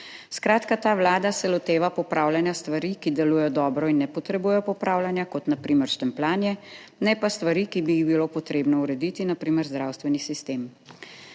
Skratka, ta vlada se loteva popravljanja stvari, ki delujejo dobro in ne potrebujejo popravljanja kot na primer štempljanje, ne pa stvari, ki bi jih bilo potrebno urediti, na primer zdravstveni sistem.